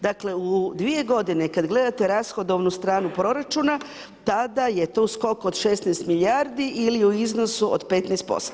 Dakle, u dvije godine kad gledate rashodovnu stranu proračuna, tada je to skok od 16 milijardi ili u iznosu od 15%